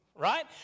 right